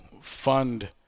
fund